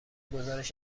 گزارش